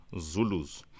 Zulus